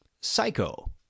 Psycho